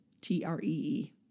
T-R-E-E